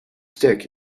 stick